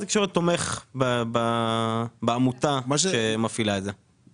משרד התקשורת תומך בעמותה שמפעילה את זה.